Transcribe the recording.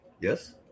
Yes